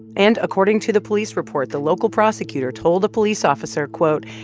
and according to the police report, the local prosecutor told a police officer, quote,